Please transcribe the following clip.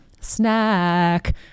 Snack